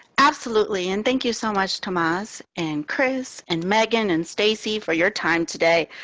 absolutely. and thank you so much. tomas and chris and megan and stacy, for your time today.